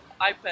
iPad